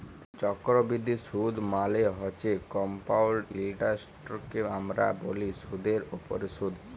চক্করবিদ্ধি সুদ মালে হছে কমপাউল্ড ইলটারেস্টকে আমরা ব্যলি সুদের উপরে সুদ